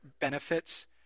benefits